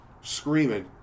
Screaming